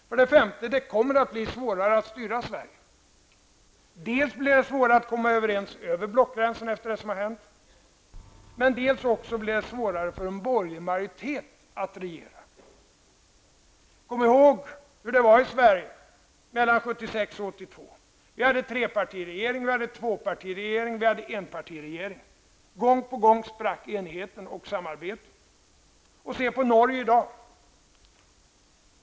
För det femte blir det svårare att styra Sverige. Dels blir det efter vad som har hänt svårare att komma överens över blockgränserna, dels blir det svårare för en borgerlig majoritet att regera. Kom ihåg hur det var i Sverige mellan 1976 och 1982. Vi hade trepartiregering, tvåpartiregering och enpartiregering. Gång på gång sprack enigheten och samarbetet. Och se på Norge i dag.